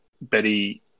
Betty